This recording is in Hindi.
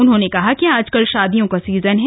उन्होंने कहा कि आजकल शादियों का सीजन है